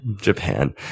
Japan